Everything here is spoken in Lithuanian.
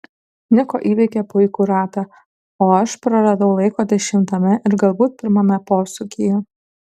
niko įveikė puikų ratą o aš praradau laiko dešimtame ir galbūt pirmame posūkyje